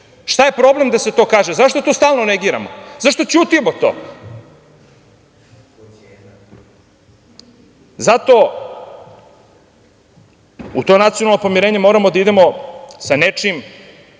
Šta je problem da se to kaže? Zašto to stalno negiramo? Zašto ćutimo o tome? Zato, u to nacionalno pomirenje moramo da idemo sa nečim